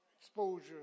Exposure